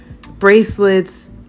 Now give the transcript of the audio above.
bracelets